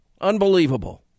Unbelievable